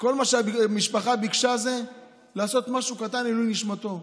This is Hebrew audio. שכל מה שהמשפחה ביקשה זה לעשות משהו קטן לעילוי נשמתו,